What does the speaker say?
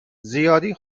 زیادی